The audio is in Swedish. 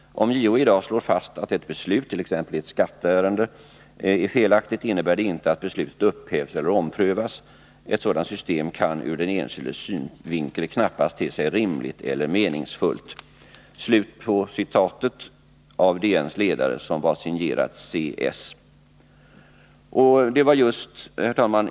Om JO i dag slår fast att ett beslut, t ex i ett skatteärende, är felaktigt innebär det inte att beslutet upphävs eller omprövas. Ett sådant system kan ur den enskildes synvinkel knappast te sig rimligt eller meningsfullt.” Den här ledaren i DN var signerad CS.